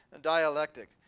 dialectic